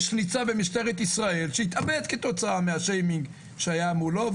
ניצב במשטרת ישראל התאבד כתוצאה מהשיימינג שהיה מולו,